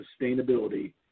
sustainability